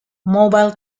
mobile